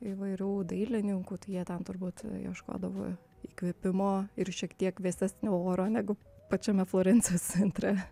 įvairių dailininkų tai jie ten turbūt ieškodavo įkvėpimo ir šiek tiek vėsesnio oro negu pačiame florencijos centre